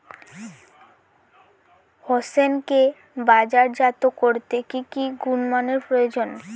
হোসেনকে বাজারজাত করতে কি কি গুণমানের প্রয়োজন?